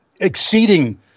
exceeding